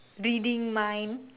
reading mind